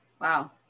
wow